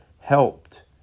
helped